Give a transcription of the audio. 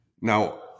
Now